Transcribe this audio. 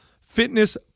fitness